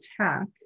attack